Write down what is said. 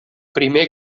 primer